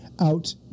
out